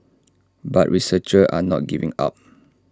but researchers are not giving up